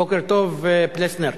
בוקר טוב, פלסנר.